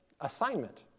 assignment